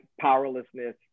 powerlessness